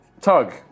Tug